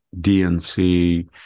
DNC